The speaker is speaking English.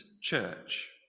church